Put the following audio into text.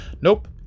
Nope